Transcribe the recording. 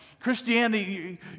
Christianity